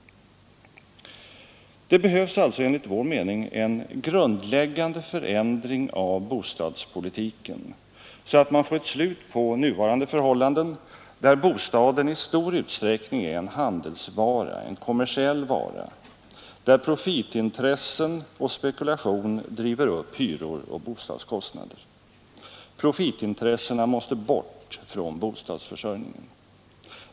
Det behövs enligt vår mening en grundläggande förändring av bostadspolitiken så att vi får ett slut på nuvarande förhållanden, där bostaden i stor utsträckning är en handelsvara, en kommersiell vara, där profitintressen och spekulation driver upp hyror och bostadskostnader. Profitintressena måste bort från bostadsförsörjningen.